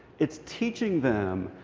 it's teaching them,